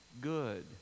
good